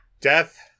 Death